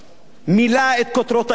מילא את כותרות העיתונים.